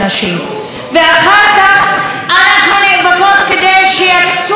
ואחר כך אנחנו נאבקות כדי שיקצו תקציבים.